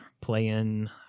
playing